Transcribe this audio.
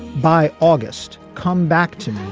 by august come back to me.